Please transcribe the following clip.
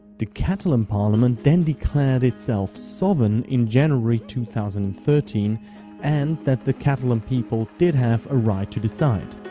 the catalan parliament then declared itself sovereign in january two thousand and thirteen and that the catalan people did have a right to decide.